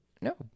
No